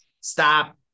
stop